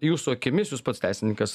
jūsų akimis jūs pats teisininkas